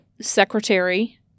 secretary